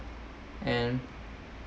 and